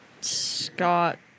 Scott